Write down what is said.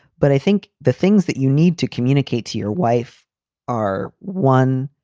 but i think the things that you need to communicate to your wife are one,